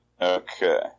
Okay